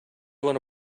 wanna